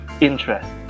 interest